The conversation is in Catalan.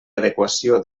adequació